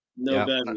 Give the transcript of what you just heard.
No